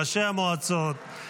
ראשי המועצות,